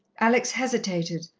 alex hesitated,